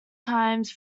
times